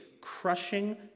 crushing